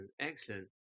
excellent